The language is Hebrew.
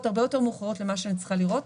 הרבה יותר מאוחרות למה שאני צריכה לראות,